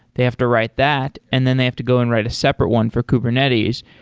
they have to write that and then they have to go and write a separate one for kubernetes.